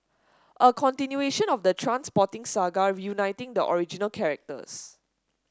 a continuation of the Trainspotting saga reuniting the original characters